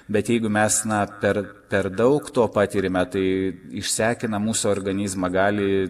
bet jeigu mes na per per daug to patiriame tai išsekina mūsų organizmą gali